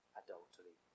adultery